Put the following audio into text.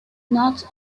not